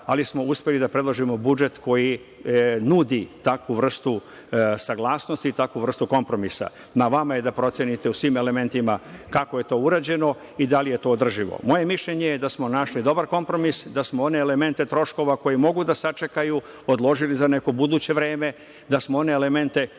ali smo uspeli da predložimo budžet koji nudi takvu vrstu saglasnosti i takvu vrstu kompromisa. Na vama je da procenite u svim elementima kako je to urađeno i da li je to održivo. Moje mišljenje je da smo našli dobar kompromis, da smo one elemente troškova koji mogu da sačekaju odložili za neko buduće vreme, da smo one elemente